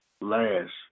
last